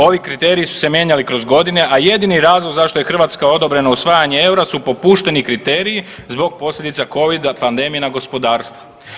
Ovi kriteriji su se mijenjali kroz godine, a jedini razlog zašto je Hrvatska odobrena usvajanje eura su popušteni kriteriji zbog posljedica covida pandemije na gospodarstvo.